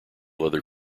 leather